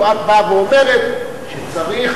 יכולים אנשים ששומעים אותך להבין כאילו את באה ואומרת שצריך